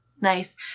Nice